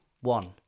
one